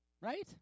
right